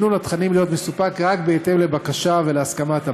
סינון התכנים להיות מסופק רק בהתאם לבקשה ולהסכמת המנוי.